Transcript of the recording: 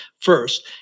first